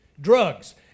Drugs